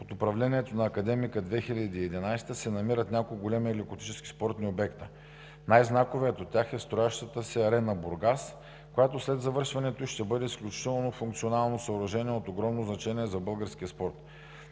Под управлението на „Академика – 2011“ се намират няколко големи лекоатлетически спортни обекта. Най-знаковият от тях е строящата се „Арена“ – Бургас, която след завършването ѝ ще бъде изключително функционално съоръжение от огромно значение за българския спорт.